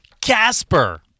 Casper